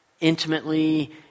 intimately